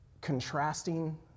contrasting